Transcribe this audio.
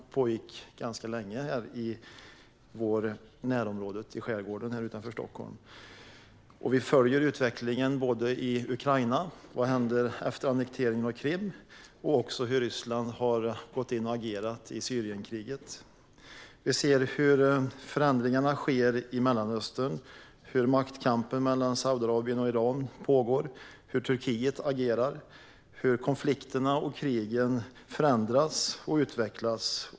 De pågick ganska länge i vårt närområde, i skärgården utanför Stockholm. Vi följer utvecklingen i Ukraina och vad som händer efter annekteringen av Krim liksom hur Ryssland har gått in och agerat i Syrienkriget. Vi ser förändringarna i Mellanöstern och maktkampen mellan Saudiarabien och Iran. Vi ser hur Turkiet agerar. Konflikterna och krigen förändras och utvecklas.